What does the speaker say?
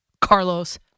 Carlos